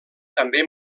també